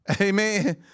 Amen